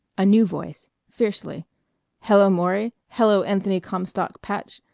a new voice fiercely hello, maury. hello, anthony comstock patch.